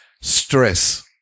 stress